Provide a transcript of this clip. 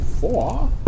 four